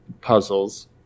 puzzles